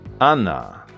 Anna